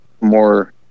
more